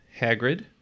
Hagrid